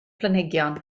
planhigion